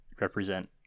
represent